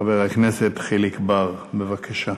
חבר הכנסת חיליק בר, בבקשה.